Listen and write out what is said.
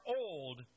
old